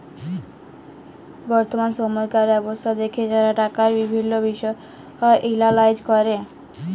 বর্তমাল সময়কার ব্যবস্থা দ্যাখে যারা টাকার বিভিল্ল্য বিষয় এলালাইজ ক্যরে